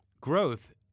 growth